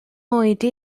oedi